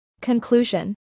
Conclusion